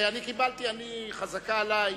קיבלתי הרגע הודעה מהמחלקה המשפטית,